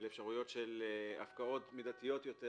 לאפשרויות של הפקעות מידתיות יותר,